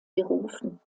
berufen